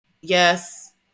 yes